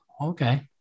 Okay